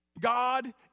god